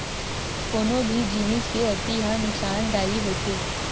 कोनो भी जिनिस के अति ह नुकासानदायी होथे